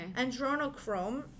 Andronochrome